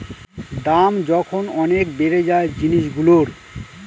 দাম যখন অনেক বেড়ে যায় জিনিসগুলোর